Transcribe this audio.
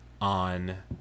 on